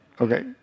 Okay